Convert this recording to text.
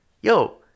yo